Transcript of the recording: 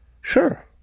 Sure